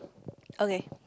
okay